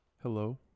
Hello